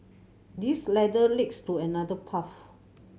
this ladder leads to another path